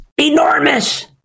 enormous